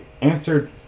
answered